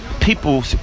People